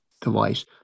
device